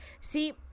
see